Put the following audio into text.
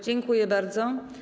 Dziękuję bardzo.